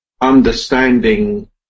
understanding